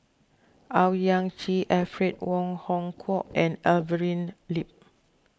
Owyang Chi Alfred Wong Hong Kwok and Evelyn Lip